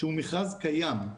שהוא מכרז קיים.